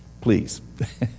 please